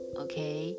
okay